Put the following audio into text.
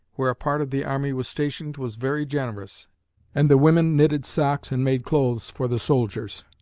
where a part of the army was stationed, was very generous and the women knitted socks and made clothes for the soldiers.